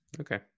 Okay